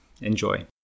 Enjoy